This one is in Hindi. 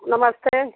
नमस्ते